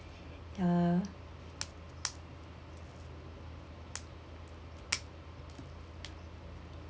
uh